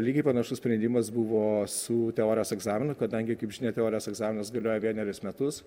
lygiai panašus sprendimas buvo su teorijos egzaminu kadangi kaip žinia teorijos egzaminas galioja vienerius metus